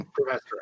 Professor